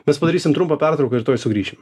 mes padarysim trumpą pertrauką ir tuoj sugrįšim